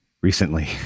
recently